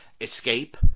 escape